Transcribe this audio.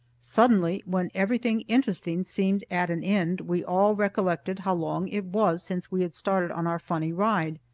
suddenly, when everything interesting seemed at an end, we all recollected how long it was since we had started on our funny ride.